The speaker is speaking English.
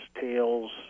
tails